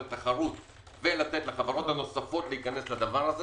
תחרות ולתת לחברות הנוספות להיכנס לזה.